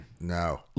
No